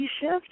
shift